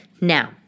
Now